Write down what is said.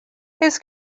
his